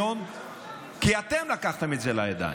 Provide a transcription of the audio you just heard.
כי אתם לקחתם את זה לידיים,